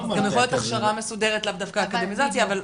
הכשרה, פחות אקדמיזציה.